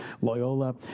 Loyola